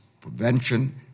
prevention